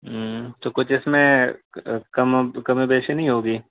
ہوں تو کچھ اس میں کم کم و بیشی نہیں ہوگی